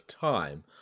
time